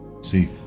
See